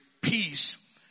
peace